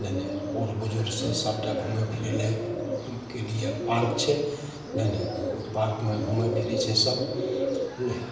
नहि नहि बूढ़ बुजुर्गसे सभटा घुमै फिरै लैके लिए पार्क छै नहि नहि ओहि पार्कमे घुमै फिरै छै सभ नहि